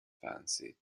fancy